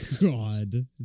God